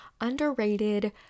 underrated